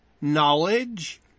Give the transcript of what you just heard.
knowledge